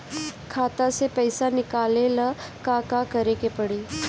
खाता से पैसा निकाले ला का का करे के पड़ी?